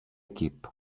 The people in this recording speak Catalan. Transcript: equip